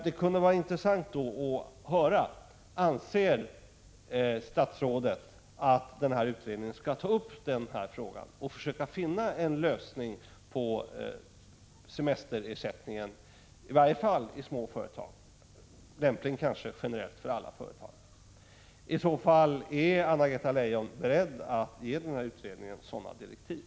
Det kunde vara intressant att få svar på frågan: Anser statsrådet att den här utredningen bör försöka finna en lösning på problemet med semesterersättning, i varje fall i små företag men lämpligen generellt i alla företag? Är Anna-Greta Leijon i så fall beredd att ge utredningen sådana direktiv?